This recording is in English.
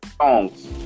songs